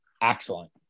excellent